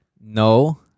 No